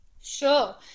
sure